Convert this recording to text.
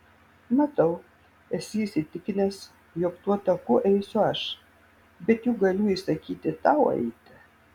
matau esi įsitikinęs jog tuo taku eisiu aš bet juk galiu įsakyti tau eiti